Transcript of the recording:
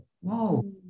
whoa